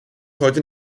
heute